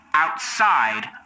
Outside